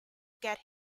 get